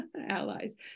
allies